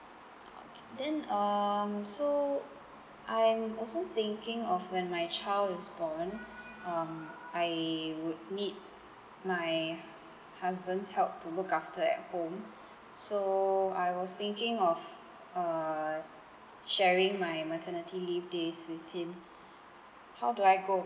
okay then um so I'm also thinking of when my child is born um I would need my husband's help to look after at home so I was thinking of uh sharing my maternity leave days with him how do I go